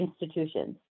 institutions